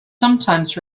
sometimes